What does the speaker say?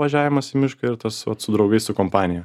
važiavimas į mišką ir tas vat su draugais su kompanija